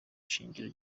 shingiro